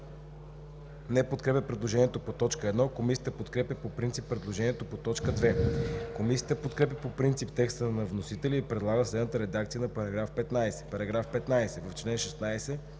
не подкрепя предложението по т. 1. Комисията подкрепя по принцип предложението по т. 2. Комисията подкрепя по принцип текста на вносителя и предлага следната редакция на § 15. „§ 15. В чл. 16